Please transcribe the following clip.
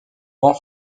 grand